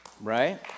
right